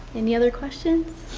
any other questions?